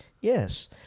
yes